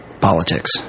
politics